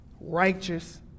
righteous